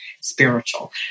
spiritual